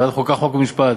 ועדת החוקה, חוק ומשפט,